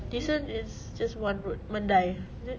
nee soon is just one road mandai is it